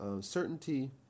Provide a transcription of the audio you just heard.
certainty